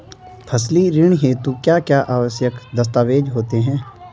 फसली ऋण हेतु क्या क्या आवश्यक दस्तावेज़ होते हैं?